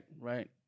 Right